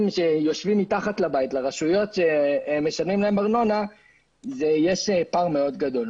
שיושבים מתחת לבית לרשויות שהם משלמים להם ארנונה יש פער מאוד גדול.